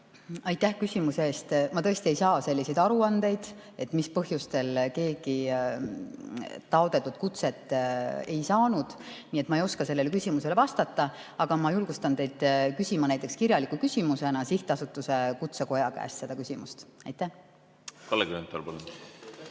Aitäh küsimuse eest! Ma tõesti ei saa selliseid aruandeid, mis põhjustel keegi taotletud kutset ei saanud. Nii et ma ei oska sellele küsimusele vastata, aga ma julgustan teid küsima seda näiteks kirjaliku küsimusena Sihtasutuse Kutsekoda käest. Aitäh küsimuse eest! Ma tõesti